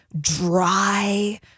dry